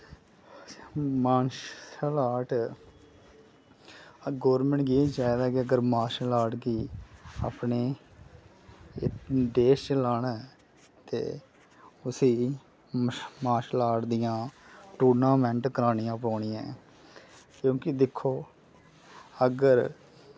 martial art government गी एह् चाहिदा ऐ कि अगर मार्शल आर्ट गी अपने देश चलाना ऐ ते उस्सी मार्शल आर्ट दियां टूर्नामैंट करानियां पौनियां ऐं क्यूंकि दिक्खो अगर